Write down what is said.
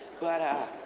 but.